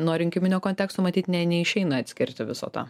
nuo rinkiminio konteksto matyt ne neišeina atskirti viso to